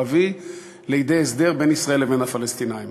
להביא לידי הסדר בין ישראל לבין הפלסטינים.